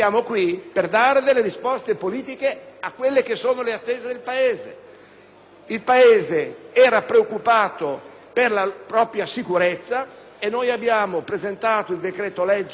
politiche alle attese del Paese. Il Paese era preoccupato per la propria sicurezza e noi abbiamo presentato il decreto-legge, poi convertito in legge, sulla sicurezza.